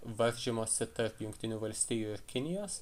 varžymosi tarp jungtinių valstijų ir kinijos